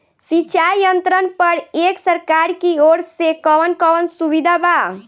सिंचाई यंत्रन पर एक सरकार की ओर से कवन कवन सुविधा बा?